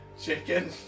chicken